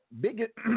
biggest